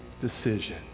decision